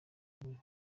buriho